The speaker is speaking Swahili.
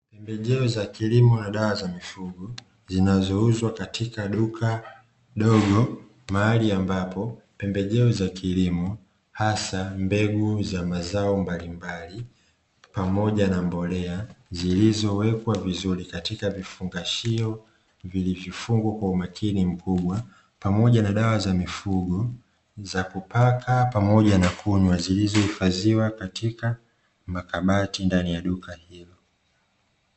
Pembejeo za kilimo na dawa za mifugo zinazouzwa katika duka dogo mahali, ambapo pembejeo za kilimo hasa mbegu za mazao mbalimbali pamoja na mbolea. Zilizowekwa vizuri katika vifungashio vilivyofungwa kwa umakini mkubwa pamoja na dawa za mifugo za kupaka pamoja na kunywa, zilizohifadhiwa katika makabati ndani ya duka hilo.